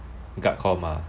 guard com ah